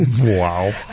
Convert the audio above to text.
Wow